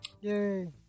Yay